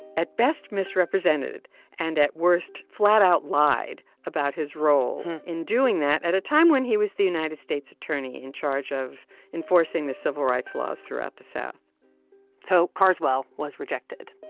at best, misrepresented and, at worst, flat-out lied about his role in doing that at a time when he was the united states attorney in charge of enforcing the civil rights laws throughout the south so carswell was rejected.